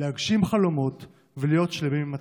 להגשים חלומות ולהיות שלמים עם עצמנו.